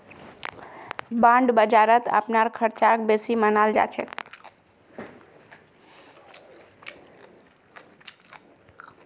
bond बाजारत अपनार ख़र्चक बेसी मनाल जा छेक